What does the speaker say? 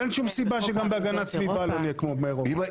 אז אין שום סיבה שגם בהגנת הסביבה לא נהיה כמו באירופה.